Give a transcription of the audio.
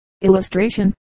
Illustration